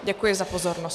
Děkuji za pozornost.